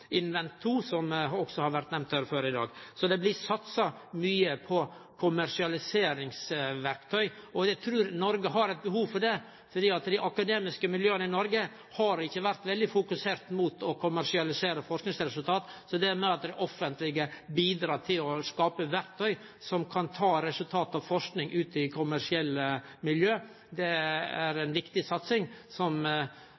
også har vore nemnt her før i dag. Så det blir satsa mykje på kommersialiseringsverktøy, og eg trur Noreg har eit behov for det, for dei akademiske miljøa i Noreg har ikkje vore veldig fokuserte på å kommersialisere forskingsresultat. Så det at det offentlege bidreg til å skape verktøy som kan ta resultat av forsking ut i kommersielle miljø, er